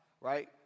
right